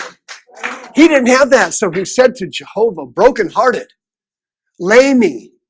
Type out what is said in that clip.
he didn't have that so he said to jehovah broken-hearted lay me